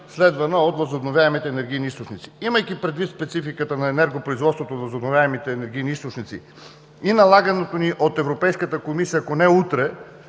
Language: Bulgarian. следвана от възобновяеми енергийни източници. Имайки предвид спецификата на енергопроизводството от възобновяемите енергийни източници и налагането ни от Европейската комисия ако не утре,